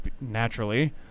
naturally